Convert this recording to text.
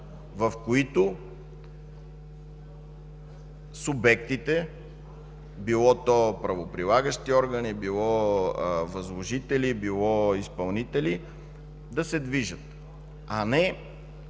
в които субектите, било правоприлагащи органи, било възложители или изпълнители, да се движат, а не